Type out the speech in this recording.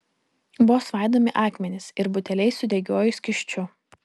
buvo svaidomi akmenys ir buteliai su degiuoju skysčiu